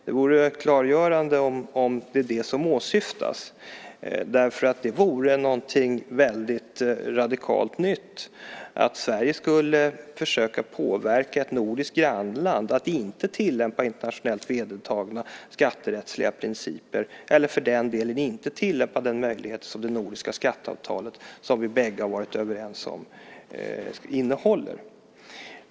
Det vore rätt klargörande om det är vad som åsyftas, eftersom det vore något radikalt nytt att Sverige skulle försöka få ett nordiskt grannland att inte tillämpa internationellt vedertagna skatterättsliga principer, eller, för den delen, att inte tillämpa den möjlighet som det nordiska skatteavtalet - som vi bägge varit överens om - innehåller.